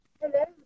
Hello